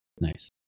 Nice